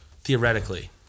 Theoretically